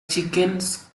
chickens